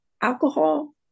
alcohol